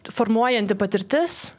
formuojanti patirtis